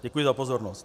Děkuji za pozornost.